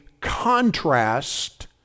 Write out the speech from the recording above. contrast